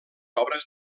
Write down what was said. obres